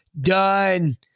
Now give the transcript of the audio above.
Done